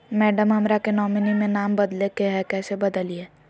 madam, हमरा के nominee में नाम बदले के हैं, कैसे बदलिए